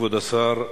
כבוד השר,